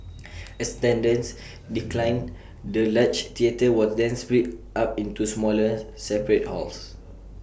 as attendance declined the large theatre was then split up into smaller separate halls